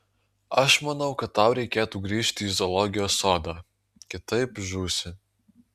aš manau kad tau reikėtų grįžti į zoologijos sodą kitaip žūsi